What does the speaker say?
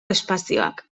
espazioak